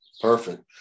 perfect